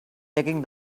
taking